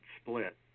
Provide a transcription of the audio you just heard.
split